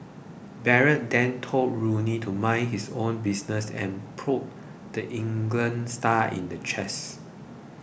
Barrett then told Rooney to mind his own business and prodded the England star in the chest